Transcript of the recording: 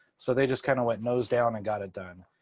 so they just kind of went nose-down and got it done.